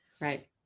Right